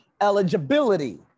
eligibility